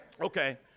Okay